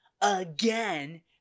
again